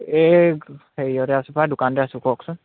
এই হেৰিয়তে আছোঁ পাই দোকানতে আছোঁ কওকচোন